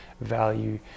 value